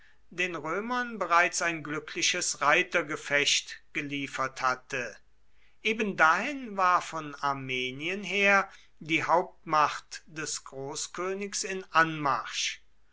den römern bereits ein glückliches reitergefecht geliefert hatte ebendahin war von armenien her die hauptmacht des großkönigs in anmarsch